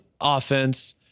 offense